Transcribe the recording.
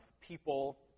people